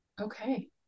Okay